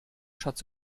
schatz